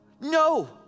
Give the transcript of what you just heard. No